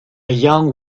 young